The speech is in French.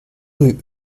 rue